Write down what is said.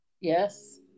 Yes